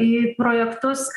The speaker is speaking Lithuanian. į projektus